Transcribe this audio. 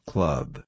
Club